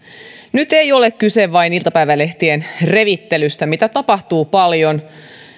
nyt ei ole kyse vain iltapäivälehtien revittelystä mitä tapahtuu paljon